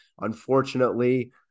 unfortunately